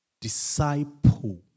disciple